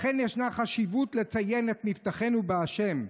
לכן ישנה חשיבות לציין את מבטחנו בהשם,